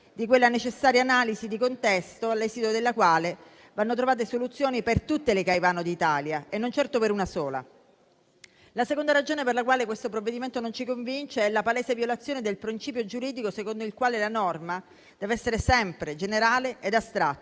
di quella necessaria analisi di contesto all'esito della quale vanno trovate soluzioni per tutte le Caivano d'Italia e non certo per una sola. La seconda ragione per la quale questo provvedimento non ci convince è la palese violazione del principio giuridico secondo il quale la norma dev'essere sempre generale ed astratta